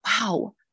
wow